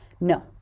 No